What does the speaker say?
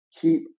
Keep